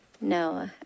No